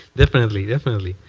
definitely, definitely.